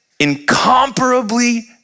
incomparably